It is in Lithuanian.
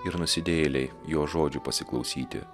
ir nusidėjėliai jo žodžių pasiklausyti